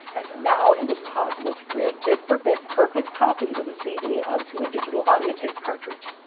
as now it was possible to create bit-for-bit perfect copies of a cd onto a digital audio tape cartridge.